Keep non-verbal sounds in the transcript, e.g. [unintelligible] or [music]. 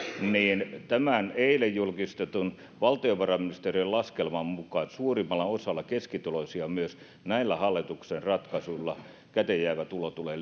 niin tämän eilen julkistetun valtiovarainministeriön laskelman mukaan suurimmalla osalla keskituloisista myös näillä hallituksen ratkaisuilla käteen jäävä tulo tulee [unintelligible]